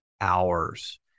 hours